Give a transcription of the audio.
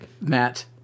Matt